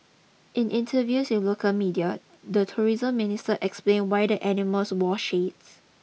in interviews with local media the tourism minister explained why the animals wore shades